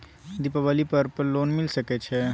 दीपावली पर्व पर लोन मिल सके छै?